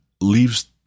leaves